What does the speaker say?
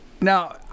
now